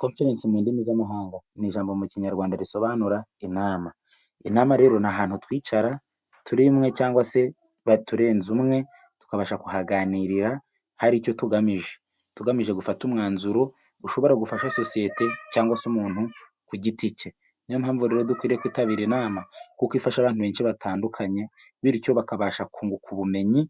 Konfurensi mu ndimi z'amahanga, ni ijambo mu kinyarwanda risobanura inama, inama rero ni ahantu twicara turi umwe cyangwa se turenze umwe, tukabasha kuhaganirira hari icyo tugamije, tugamije gufata umwanzuro ushobora gufasha sosiyete cyangwa se umuntu ku giti cye, ni yo mpamvu rero dukwiye kwitabira inama kuko ifasha abantu benshi batandukanye, bityo bakabasha kunguka ubumenyi